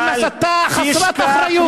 הם הסתה חסרת אחריות,